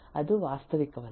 ಅದು ವಾಸ್ತವಿಕವಲ್ಲ